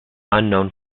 unknown